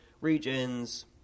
regions